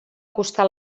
costar